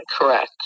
correct